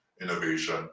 innovation